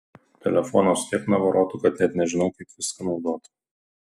telefonas su tiek navarotų kad net nežinau kaip viską naudot